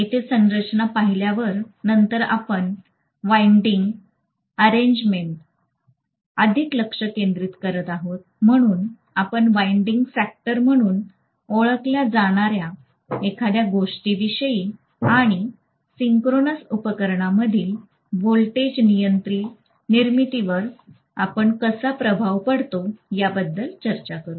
येथे संरचना पाहिल्यावर नंतर आपण वाईन्डींग अरेंगमेंट अधिक लक्ष केंद्रित करीत आहोत म्हणून आपण वाईन्डींग फॅक्टर म्हणून ओळखल्या जाणार्या एखाद्या गोष्टीविषयी आणि सिंक्रोनस उपकरणमधील व्होल्टेज निर्मितीवर आपण कसा प्रभाव पाडतो याबद्दल चर्चा करू